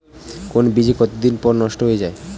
কোন বীজ কতদিন পর নষ্ট হয়ে য়ায়?